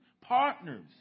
partners